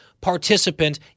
participant